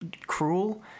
cruel